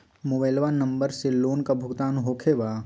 Mobile number से loan का भुगतान होखे बा?